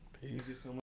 peace